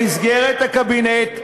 במסגרת הקבינט,